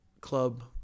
club